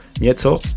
něco